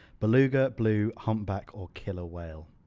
beluga, blue, humpback or killer whale?